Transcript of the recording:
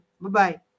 Bye-bye